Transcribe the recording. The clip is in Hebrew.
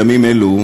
בימים אלו,